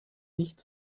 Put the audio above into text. nicht